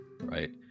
right